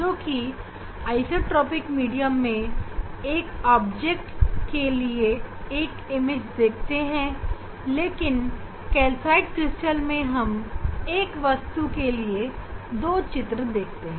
हम isotropic medium में एक वस्तु की एक ही छवि बनते देखते हैं लेकिन कैल्साइट क्रिस्टल में हम एक वस्तु के लिए दो छवि देखते हैं